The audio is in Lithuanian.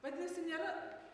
vadinasi nėra